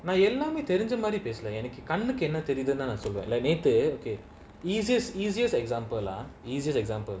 நான்எல்லாமேதெரிஞ்சமாதிரிபேசலஎன்கண்னுக்குஎன்னதெரிஞ்சுதுநான்சொல்வேன்நேத்து:nan ellame therinja madhiri pesala en kannuku enna therinjuthu nan solven nethu like later okay easiest easiest example lah easiest example